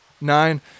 nine